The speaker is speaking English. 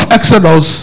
Exodus